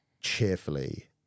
cheerfully